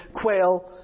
quail